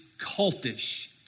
cultish